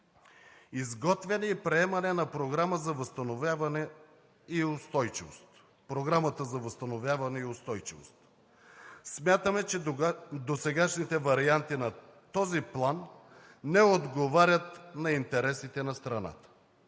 възстановяване и устойчивост, програмата за възстановяване и устойчивост. Смятаме, че досегашните варианти на този план не отговарят на интересите на страната.